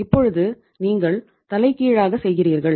இப்பொழுது நீங்கள் தலைகீழாக செய்கிறீர்கள்